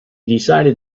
decided